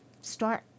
start